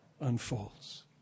unfolds